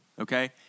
Okay